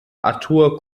arthur